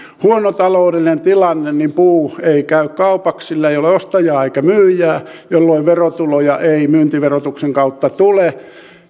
huono taloudellinen tilanne niin puu ei käy kaupaksi sillä ei ole ostajaa eikä myyjää jolloin verotuloja ei myyntiverotuksen kautta tule